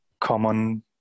common